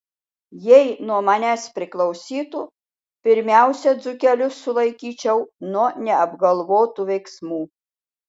jei nuo manęs priklausytų pirmiausia dzūkelius sulaikyčiau nuo neapgalvotų veiksmų